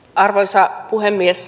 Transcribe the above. arvoisa puhemies